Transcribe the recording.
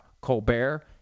Colbert